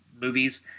movies